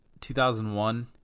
2001